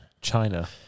China